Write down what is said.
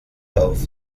auf